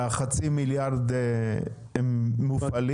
והחצי מיליארד ₪ מופעלים?